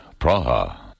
Praha